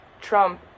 Trump